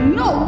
no